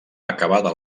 acabada